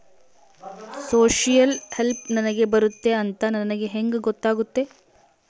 Social help ನನಗೆ ಬರುತ್ತೆ ಅಂತ ನನಗೆ ಹೆಂಗ ಗೊತ್ತಾಗುತ್ತೆ?